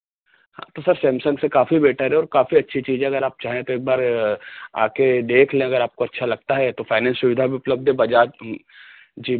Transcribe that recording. तो sir Samsung से काफ़ी बेटर है और काफ़ी अच्छी चीज़ है अगर आप चाहें तो एक बार आकर देख लें अगर आपको अच्छा लगता है तो फ़ाइनेंस सुविधा भी उपलब्ध है बजाज की जी